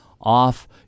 off